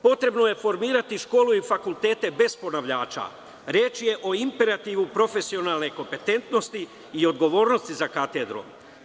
Potrebno je formirati škole i fakultete bez ponavljača, reč je o imperativu profesionalne kompetentnosti i odgovornosti za katedrom.